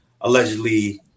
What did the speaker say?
allegedly